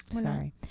Sorry